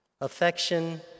Affection